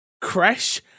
Crash